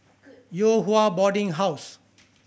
Yew Hua Boarding House